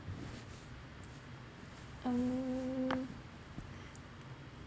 um